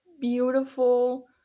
beautiful